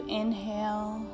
inhale